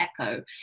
echo